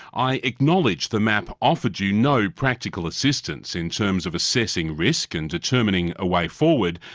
i acknowledge the map offered you no practical assistance in terms of assessing risk and determining a way forward,